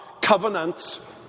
covenants